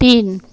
তিন